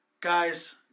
Guys